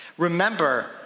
Remember